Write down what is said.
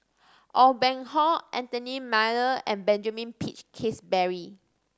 Aw Boon Haw Anthony Miller and Benjamin Peach Keasberry